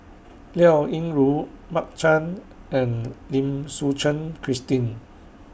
Liao Yingru Mark Chan and Lim Suchen Christine